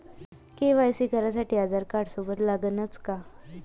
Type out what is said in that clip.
KYC करासाठी आधारकार्ड सोबत लागनच का?